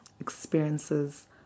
experiences